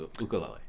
ukulele